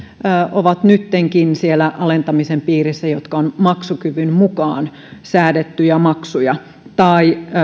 ovat nyttenkin siellä alentamisen piirissä jotka ovat maksukyvyn mukaan määrättyjä maksuja tai